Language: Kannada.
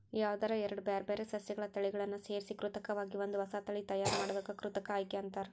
ಯಾವದರ ಎರಡ್ ಬ್ಯಾರ್ಬ್ಯಾರೇ ಸಸ್ಯಗಳ ತಳಿಗಳನ್ನ ಸೇರ್ಸಿ ಕೃತಕವಾಗಿ ಒಂದ ಹೊಸಾ ತಳಿ ತಯಾರ್ ಮಾಡೋದಕ್ಕ ಕೃತಕ ಆಯ್ಕೆ ಅಂತಾರ